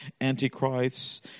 antichrists